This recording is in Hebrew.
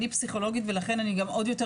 ולכן,